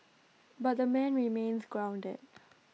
but the man remains grounded